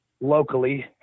locally